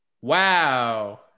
Wow